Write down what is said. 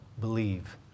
believe